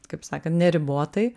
kaip sakant neribotai